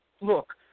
look